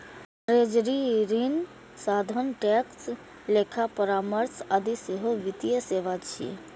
treasury, ऋण साधन, tax, लेखा परामर्श आदि सेहो वित्तीय सेवा छियै